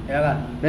ya lah